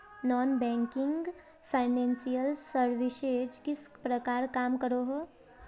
Non banking financial services किस प्रकार काम करोहो?